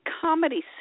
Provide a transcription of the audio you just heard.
comedy